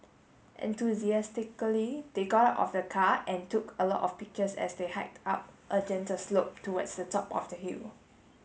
enthusiastically they got out of the car and took a lot of pictures as they hiked up a gentle slope towards the top of the hill